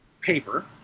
Paper